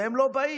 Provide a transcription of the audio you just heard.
והם לא באים,